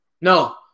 No